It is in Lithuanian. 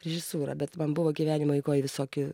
režisūrą bet man buvo gyvenimo eigoj visokių